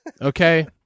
okay